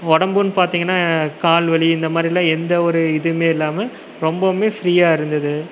உடம்புன்னு பார்த்தீங்கன்னா கால் வலி இந்த மாதிரில்லாம் எந்த ஒரு இதுவுமே இல்லாமல் ரொம்பவுமே ஃபிரீயாக இருந்தது